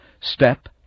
Step